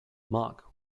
marc